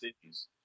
cities